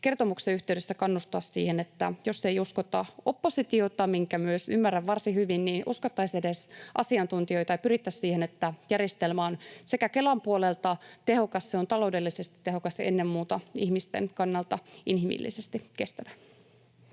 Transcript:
kertomuksen yhteydessä kannustaa siihen, että jos ei uskota oppositiota — minkä myös ymmärrän varsin hyvin — niin uskottaisiin edes asiantuntijoita ja pyrittäisiin siihen, että järjestelmä on sekä Kelan puolelta tehokas, taloudellisesti tehokas että ennen muuta ihmisten kannalta inhimillisesti kestävä.